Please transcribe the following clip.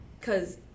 cause